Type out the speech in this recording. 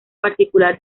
particular